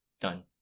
done